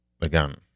Again